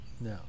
no